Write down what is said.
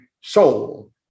soul